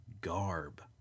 garb